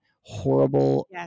horrible